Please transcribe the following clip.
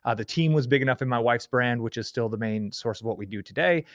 ah the team was big enough in my wife's brand which is still the main source of what we do today,